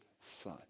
son